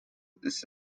ist